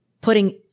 putting